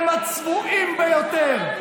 הם הצבועים ביותר.